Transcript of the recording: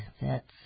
thats